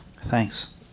Thanks